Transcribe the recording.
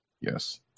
Yes